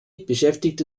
beschäftigte